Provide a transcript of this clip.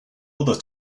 other